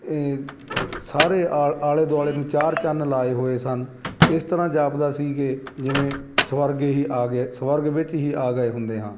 ਅ ਸਾਰੇ ਆਲ ਆਲੇ ਦੁਆਲੇ ਨੂੰ ਚਾਰ ਚੰਨ ਲਾਏ ਹੋਏ ਸਨ ਇਸ ਤਰ੍ਹਾਂ ਜਾਪਦਾ ਸੀ ਕਿ ਜਿਵੇਂ ਸਵਰਗ ਹੀ ਆ ਗਿਆ ਸਵਰਗ ਵਿੱਚ ਹੀ ਆ ਗਏ ਹੁੰਦੇ ਹਾਂ